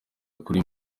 kuri